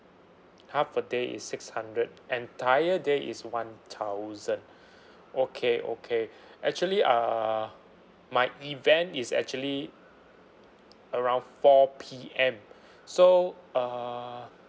half a day is six hundred entire day is one thousand okay okay actually uh my event is actually around four P_M so uh